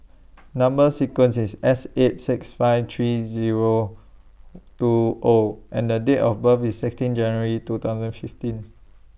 Number sequence IS S eight six five three Zero two O and The Date of birth IS sixteen January two thousand fifteen